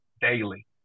daily